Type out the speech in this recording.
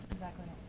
exactly.